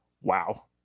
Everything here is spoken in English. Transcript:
wow